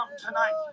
tonight